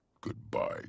Goodbye